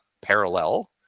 parallel